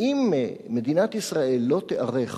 ואם מדינת ישראל לא תיערך